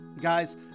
Guys